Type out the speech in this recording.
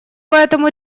поэтому